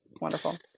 Wonderful